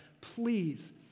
Please